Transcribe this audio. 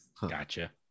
gotcha